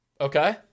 Okay